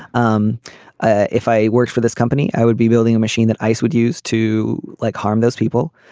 um ah if i worked for this company i would be building a machine that ice would use to like harm those people.